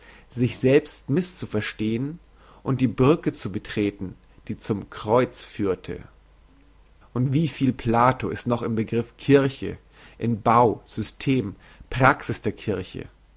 sich selbst misszuverstehn und die brücke zu betreten die zum kreuz führte und wie viel plato ist noch im begriff kirche in bau system praxis der kirche